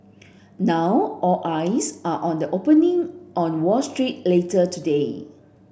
now all eyes are on the opening on Wall Street later today